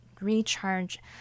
recharge